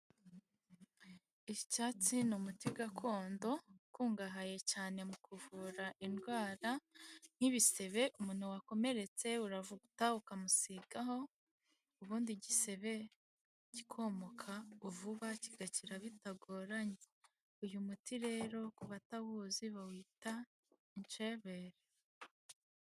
Icyatsi ni umuti gakondo ukungahaye cyane mu kuvura indwara nk'ibisebe, umuntu wakomeretse uravuta ukamusigaho ,ubundi igisebe kikomoka vuba kigakira bitagoranye, uyu muti rero ku batawuzi bawita incebere.